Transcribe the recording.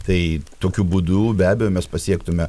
tai tokiu būdu be abejo mes pasiektume